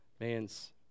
man's